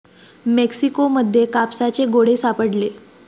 Mexico मध्ये कापसाचे गोळे सापडले